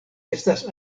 estas